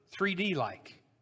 3D-like